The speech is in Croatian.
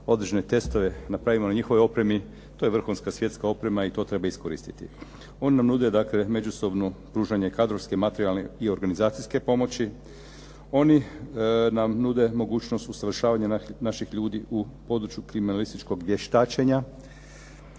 određen testove napravimo na njihovoj opremi. To je vrhunska svjetska oprema i to trebam iskoristiti. Oni nam nude dakle međusobno pružanje kadrovske, materijalne i organizacijske pomoći, oni nam nude mogućnost usavršavanja naših ljudi u području kriminalističkog vještačenja